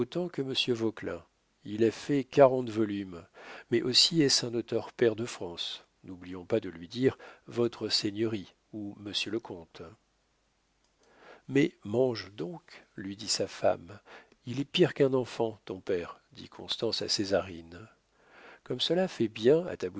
que monsieur vauquelin il a fait quarante volumes mais aussi est-ce un auteur pair de france n'oublions pas de lui dire votre seigneurie ou monsieur le comte mais mange donc lui dit sa femme il est pire qu'un enfant ton père dit constance à césarine comme cela fait bien